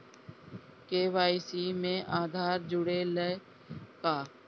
KYC में आधार जुड़े ला का?